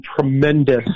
tremendous